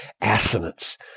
assonance